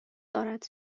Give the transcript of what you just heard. دارد